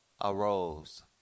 arose